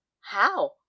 How